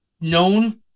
known